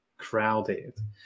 crowded